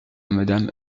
madame